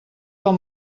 del